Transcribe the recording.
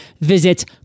Visit